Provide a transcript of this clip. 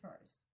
first